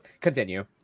continue